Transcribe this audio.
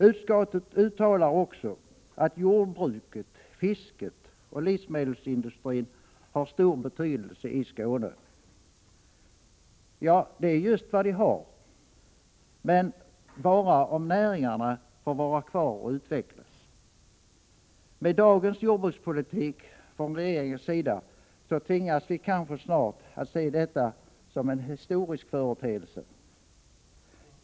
Utskottet uttalar också att jordbruket, fisket och livsmedelsindustrin har stor betydelse i Skåne. Ja, det är just vad de har, men bara om näringarna får vara kvar och utvecklas. Med dagens jordbrukspolitik från regeringens sida tvingas vi kanske snart att se detta som en historisk företeelse.